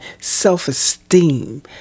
self-esteem